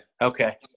okay